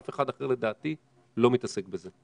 אף אחד אחר לדעתי לא מתעסק בזה.